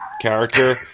character